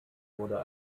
wurde